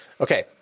Okay